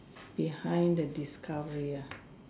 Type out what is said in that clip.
behind the discovery ah